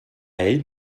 ell